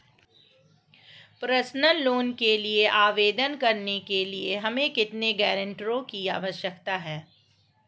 Personal loan के लिए आवेदन करने के लिए हमें कितने गारंटरों की आवश्यकता है?